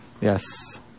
Yes